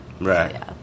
Right